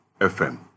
FM